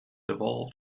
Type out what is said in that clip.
evolved